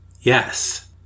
Yes